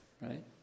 right